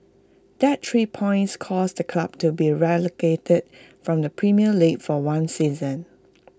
that three points caused the club to be relegated from the premier league for one season